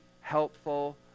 helpful